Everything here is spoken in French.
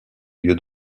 lieu